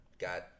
got